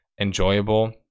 enjoyable